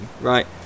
right